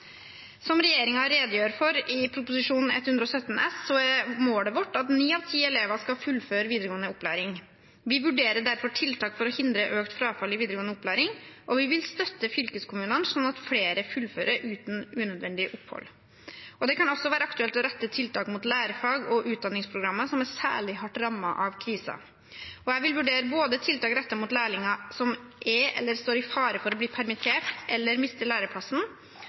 Som regjeringen redegjør for i Prop. 117 S, er målet vårt at ni av ti elever skal fullføre videregående opplæring. Vi vurderer derfor tiltak for å hindre økt frafall i videregående opplæring, og vi vil støtte fylkeskommunene, slik at flere fullfører uten unødvendig opphold. Det kan også være aktuelt å rette tiltak mot lærefag og utdanningsprogrammer som er særlig hardt rammet av krisen. Jeg vil vurdere både tiltak rettet mot lærlinger som er eller står i fare for å bli permittert eller å miste læreplassen,